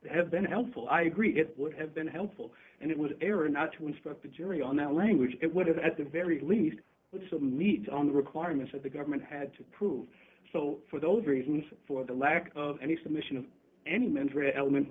have been helpful i agree it would have been helpful and it was an error not to instruct the jury on that language it would have at the very least put some meat on the requirements of the government had to prove so for those reasons for the lack of any submission of any mentor element